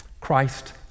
Christ